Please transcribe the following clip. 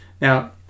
Now